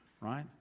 right